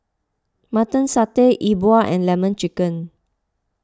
Mutton Satay E Bua and Lemon Chicken